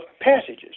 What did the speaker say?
passages